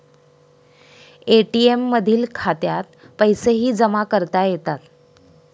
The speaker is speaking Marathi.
ए.टी.एम मधील खात्यात पैसेही जमा करता येतात